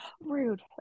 Rude